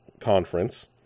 conference